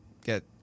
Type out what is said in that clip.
get